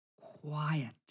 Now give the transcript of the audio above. quiet